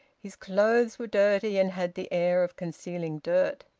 his clothes were dirty and had the air of concealing dirt.